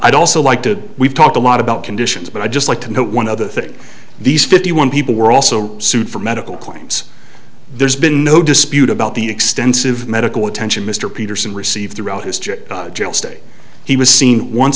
i'd also like to we've talked a lot about conditions but i'd just like to know one other that these fifty one people were also sued for medical claims there's been no dispute about the extensive medical attention mr peterson received throughout his trip state he was seen once